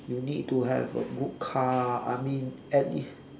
you need to have a good car I mean at least